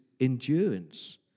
endurance